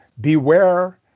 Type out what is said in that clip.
beware